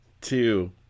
two